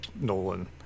Nolan